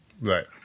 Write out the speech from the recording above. Right